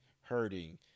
hurting